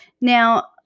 Now